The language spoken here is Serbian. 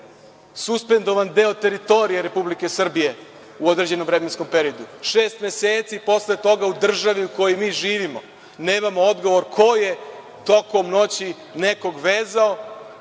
suspendovan deo teritorije Republike Srbije u određenom vremenskom periodu. Šest meseci posle toga u državi u kojoj mi živimo nemamo odgovor ko je tokom noći nekog vezao,